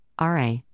RA